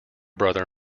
brother